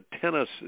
tennis